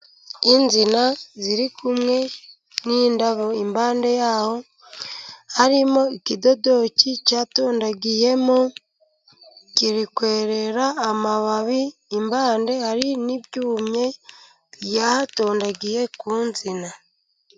Insina ziri kumwe n'indabo, impande yaho harimo ikidodoki cyatondagiyemo, kiri kwerera amababi, impande hari n'ibyumye byatondagiye ku nsina.